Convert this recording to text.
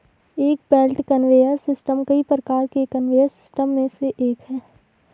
एक belt conveyor system कई प्रकार के कन्वेयर सिस्टम में से एक है